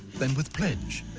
than with pledge.